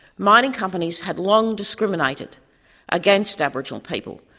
mining companies had long discriminated against aboriginal people,